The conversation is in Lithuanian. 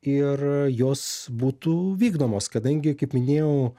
ir jos būtų vykdomos kadangi kaip minėjau